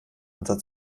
unter